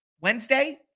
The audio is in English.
Wednesday